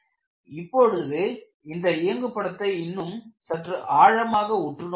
இப்பொழுது அந்த இயங்கு படத்தை இன்னும் சற்று ஆழமாக உற்று நோக்குவோம்